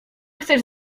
chcesz